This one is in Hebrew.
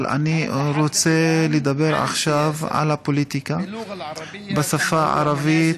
אבל אני רוצה לדבר עכשיו על הפוליטיקה בשפה הערבית,